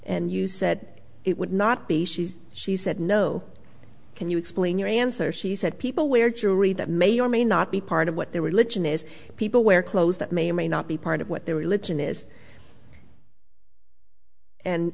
and you said it would not be she she said no can you explain your answer she said people wear jewelry that may or may not be part of what their religion is people wear clothes that may or may not be part of what their religion is and